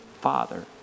father